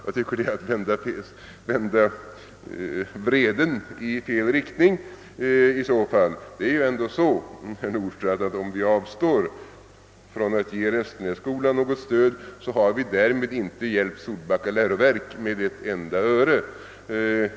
I så fall är det enligt min mening att vända vreden i fel riktning. Det är ändå så, herr Nordstrandh, att om vi avstår från att ge Restenässkolan stöd har vi därmed inte hjälpt Solbacka läroverk med ett enda öre.